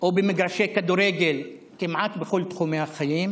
או במגרשי כדורגל כמעט בכל תחומי החיים,